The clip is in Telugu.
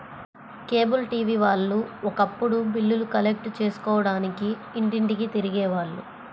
కేబుల్ టీవీ వాళ్ళు ఒకప్పుడు బిల్లులు కలెక్ట్ చేసుకోడానికి ఇంటింటికీ తిరిగే వాళ్ళు